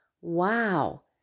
Wow